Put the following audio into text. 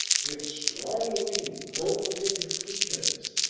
with strongly molded features,